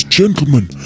gentlemen